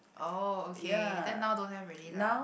oh okay then now don't have already lah